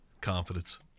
Confidence